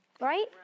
Right